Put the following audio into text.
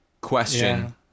question